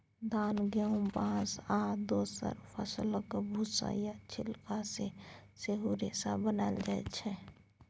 धान, गहुम, बाँस आ दोसर फसलक भुस्सा या छिलका सँ सेहो रेशा बनाएल जाइ छै